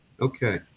Okay